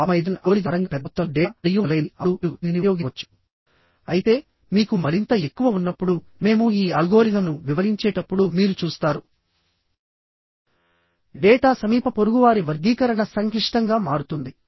truss members suspension bridges లోని cables cables buildings లో అవసరమైన బ్రెసింగ్ తరచుగా ఆక్సియల్ టెన్సైల్ ఫోర్సెస్ కి గురవుతాయి